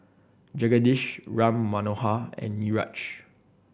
Jagadish Ram Manohar and Niraj